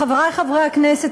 חברי חברי הכנסת,